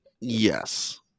Yes